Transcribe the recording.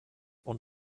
und